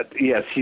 Yes